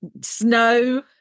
snow